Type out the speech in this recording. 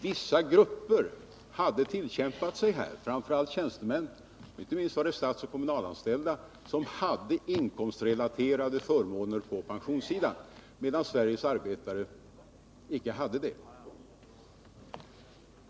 Vissa grupper — framför allt vissa tjänstemannagrupper, inte minst de statsoch kommunalanställda — hade tillkämpat sig inkomstrelaterade förmåner på pensionssidan, medan Sveriges arbetare icke hade det.